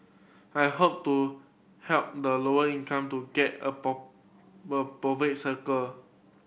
I hope to help the lower income to get above above cycle